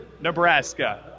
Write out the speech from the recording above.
Nebraska